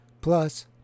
plus